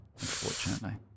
Unfortunately